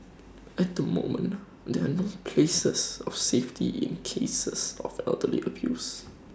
at the moment there are no places of safety in cases of elder abuse